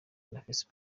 ndetse